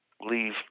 leave